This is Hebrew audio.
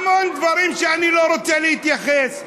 המון דברים שאני לא רוצה להתייחס אליהם.